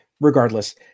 Regardless